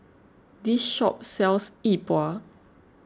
this shop sells Yi Bua